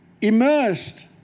immersed